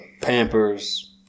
pampers